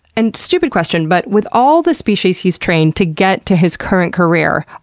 and stupid question, but with all this species he's trained to get to his current career,